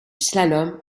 slalom